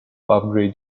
upgrade